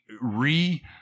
re-